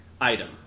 Item